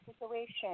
situation